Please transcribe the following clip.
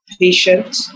patient